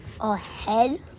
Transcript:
ahead